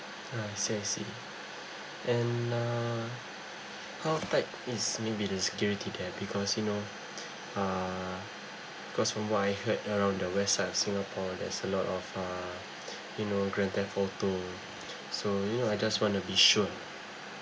ah I see I see and uh how tight is I mean the security there because you know uh because from what I heard around the west side of singapore there's a lot of uh you know grand theft auto so you know I just wanna be sure